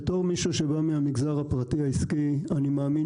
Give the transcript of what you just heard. כמי שבא מהמגזר הפרטי העסקי אני מאמין